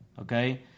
okay